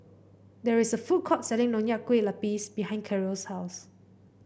there is a food court selling Nonya Kueh Lapis behind Karol's house